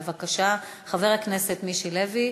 בבקשה, חבר הכנסת מיקי לוי,